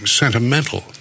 sentimental